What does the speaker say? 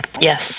Yes